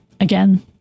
again